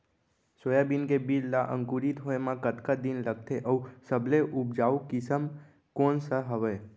Soybean के बीज ला अंकुरित होय म कतका दिन लगथे, अऊ सबले उपजाऊ किसम कोन सा हवये?